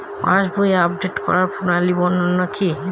পাসবই update করার প্রণালী কি?